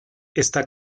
está